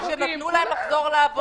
לא.